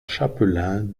chapelain